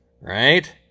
right